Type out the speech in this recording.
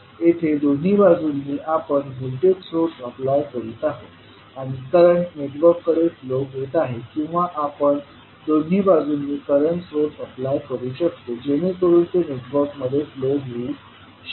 येथे दोन्ही बाजूंनी आपण व्होल्टेज सोर्स अप्लाय करीत आहोत आणि करंट नेटवर्ककडे फ्लो होत आहे किंवा आपण दोन्ही बाजूंनी करंट सोर्स अप्लाय करू शकतो जेणेकरून ते नेटवर्कमध्ये फ्लो होऊ शकेल